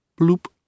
bloop